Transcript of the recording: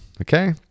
Okay